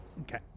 Okay